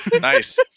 nice